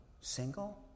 single